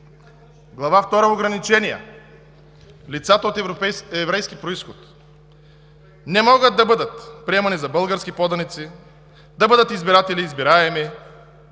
Глава втора „Ограничения“: „Лицата от еврейски произход не могат да бъдат приемани за български поданици, да бъдат избиратели и избираеми,